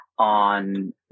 On